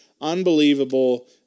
Unbelievable